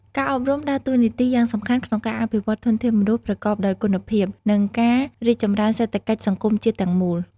ការអប់រំដើរតួនាទីយ៉ាងសំខាន់ក្នុងការអភិវឌ្ឍធនធានមនុស្សប្រកបដោយគុណភាព និងការរីកចម្រើនសេដ្ឋកិច្ចសង្គមជាតិទាំងមូល។